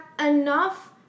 enough